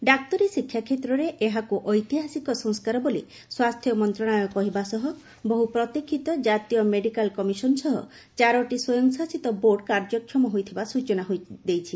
ଡାକ୍ତରୀ ଶିକ୍ଷା କ୍ଷେତ୍ରରେ ଏହାକୁ ଐତିହାସିକ ସଂସ୍କାର ବୋଲି ସ୍ୱାସ୍ଥ୍ୟ ମନ୍ତ୍ରଶାଳୟ କହିବା ସହ ବହୁ ପ୍ରତୀକ୍ଷିତ ଜାତୀୟ ମେଡିକାଲ କମିଶନ ସହ ଚାରିଟି ସ୍ୱୟଂଶାସିତ ବୋର୍ଡ କାର୍ୟ୍ୟକ୍ଷମ ହୋଇଥିବା ସ୍ୱଚନା ଦେଇଛି